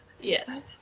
Yes